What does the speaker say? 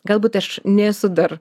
galbūt aš nesu dar